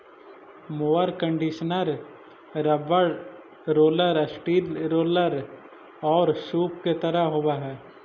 mower conditioner rubber roller, steel roller औउर सूप के तरह के होवऽ हई